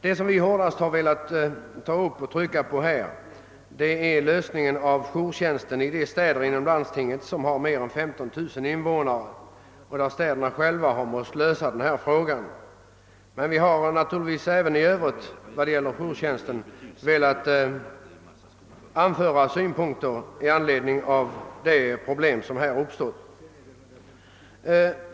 Det som vi hårdast har velat trycka på här är lösningen av jourtjänsten i de städer inom landstingen som har mer än 15 000 invånare och där städerna själva har måst ta itu med denna fråga. Men vi har även i övrigt när det gäller jourtjänsten velat anföra synpunkter i anledning av de problem som uppstått.